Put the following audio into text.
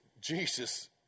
Jesus